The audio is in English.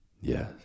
Yes